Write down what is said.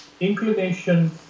inclination